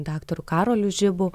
daktaru karoliu žibu